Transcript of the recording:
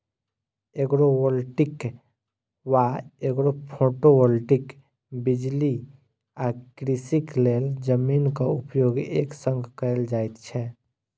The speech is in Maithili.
एग्रोवोल्टिक वा एग्रोफोटोवोल्टिक बिजली आ कृषिक लेल जमीनक उपयोग एक संग कयल जाइत छै